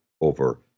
over